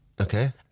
Okay